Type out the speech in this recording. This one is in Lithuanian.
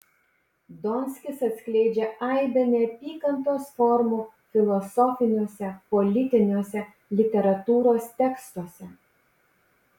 donskis atskleidžia aibę neapykantos formų filosofiniuose politiniuose literatūros tekstuose